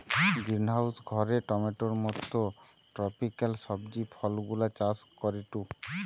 greenhouse ঘরে টমেটোর মত ট্রপিকাল সবজি ফলগুলা চাষ করিটু